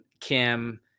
Kim